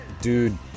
dude